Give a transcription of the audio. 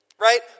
Right